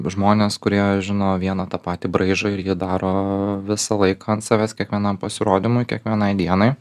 žmonės kurie žino vieną tą patį braižą ir jį daro visą laiką ant savęs kiekvienam pasirodymui kiekvienai dienai